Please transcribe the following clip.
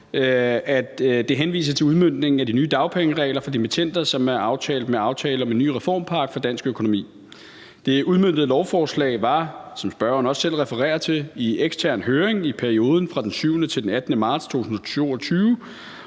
at der henvises til udmøntningen af de nye dagpengeregler for dimittender, som er aftalt med aftale om en ny reformpakke for dansk økonomi. Det udmøntede lovforslag var, som spørgeren også selv refererer til, i ekstern høring i perioden fra den 7. marts til den 18. marts 2022,